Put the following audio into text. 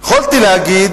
יכולתי להגיד